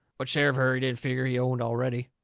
what share of her he didn't figger he owned already.